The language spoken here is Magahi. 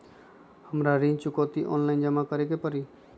हमरा ऋण चुकौती ऑनलाइन जमा करे के परी?